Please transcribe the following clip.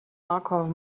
markov